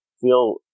feel